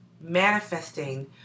manifesting